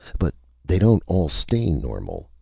but they don't all stay normal.